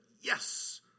Yes